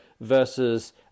versus